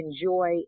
enjoy